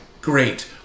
great